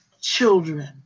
children